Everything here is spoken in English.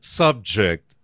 subject